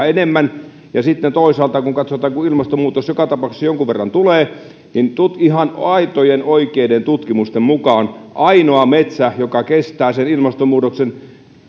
enemmän sitten toisaalta kun katsotaan että ilmastonmuutos joka tapauksessa jonkun verran tulee niin ihan aitojen oikeiden tutkimusten mukaan ainoa metsä joka kestää sen ilmastonmuutoksen